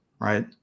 Right